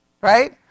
right